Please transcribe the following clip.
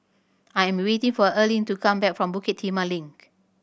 I'm waiting for Erling to come back from Bukit Timah Link